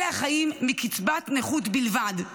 אלה החיים מקצבת נכות בלבד,